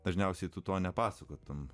dažniausiai tu to nepasakotumei